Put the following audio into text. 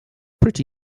pretty